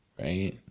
right